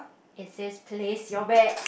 it says place your bet